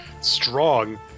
strong